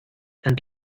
and